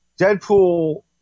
Deadpool